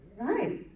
Right